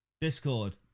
Discord